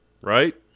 right